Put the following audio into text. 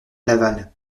laval